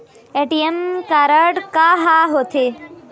ATM card हा का होते?